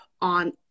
on